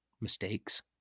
mistakes